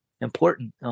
important